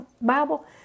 Bible